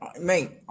Mate